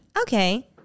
Okay